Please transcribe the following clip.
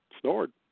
snored